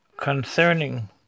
concerning